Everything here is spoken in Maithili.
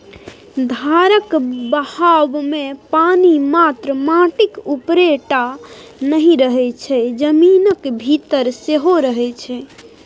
धारक बहावमे पानि मात्र माटिक उपरे टा नहि रहय छै जमीनक भीतर सेहो रहय छै